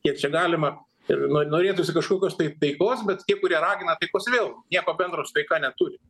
kiek čia galima ir nor norėtųsi kažkokios tai taikos bet tie kurie ragina taikos vėl nieko bendro su taika neturi